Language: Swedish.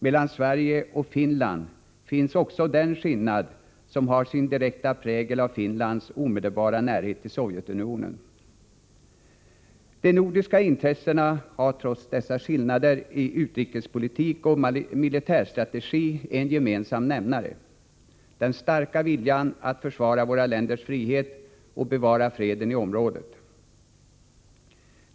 Mellan Sverige och Finland finns också den skillnad som har sin direkta prägel av Finlands omedelbara närhet till Sovjetunionen. De nordiska intressena har trots dessa skillnader i utrikespolitik och militärstrategi en gemensam nämnare: den starka viljan att försvara våra länders frihet och bevara freden i området.